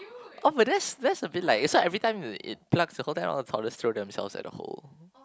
oh but that's that's a bit like that's why every time it pluck the whole thing out of the throw themselves at the hole